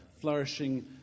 flourishing